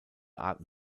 arten